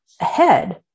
ahead